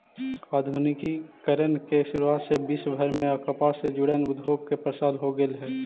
आधुनिकीकरण के शुरुआत से विश्वभर में कपास से जुड़ल उद्योग के प्रसार हो गेल हई